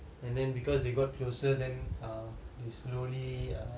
and then because they got closer then err they slowly err